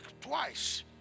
twice